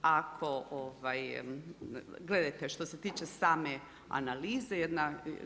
Ako, gledajte što se tiče same analize jedna